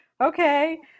Okay